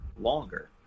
longer